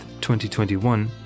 2021